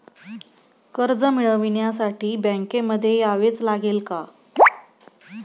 कर्ज मिळवण्यासाठी बँकेमध्ये यावेच लागेल का?